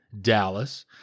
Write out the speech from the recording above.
Dallas